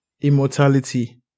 immortality